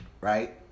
right